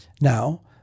Now